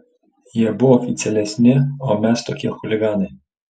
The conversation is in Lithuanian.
jie buvo oficialesni o mes tokie chuliganai